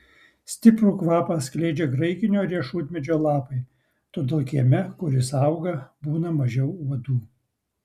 stiprų kvapą skleidžia graikinio riešutmedžio lapai todėl kieme kur jis auga būna mažiau uodų